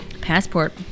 Passport